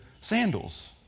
sandals